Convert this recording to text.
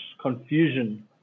confusion